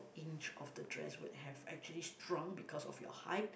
inch of the dress would have actually shrunk because of your height